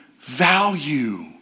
value